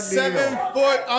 seven-foot